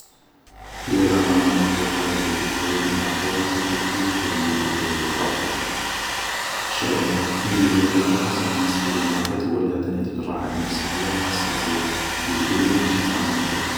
هي زعما انا جو بريفار نديكوفري المحيط بكو بلوس كو نديكوفري الفضاء ، خاطش كي نجي لي بريفيرونس نحس بلي المحيط هو اللي يعطيني هاديك الراحة النفسية و نحس راسي يجدبني باش نتعمق فيه